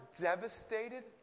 devastated